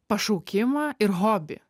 pašaukimą ir hobį